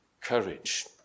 courage